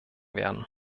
werden